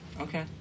Okay